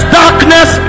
darkness